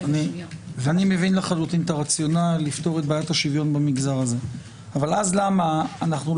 זה עקרוני, אז בסדר, גלעד.